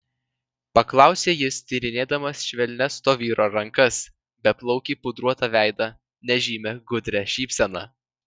paklausė jis tyrinėdamas švelnias to vyro rankas beplaukį pudruotą veidą nežymią gudrią šypseną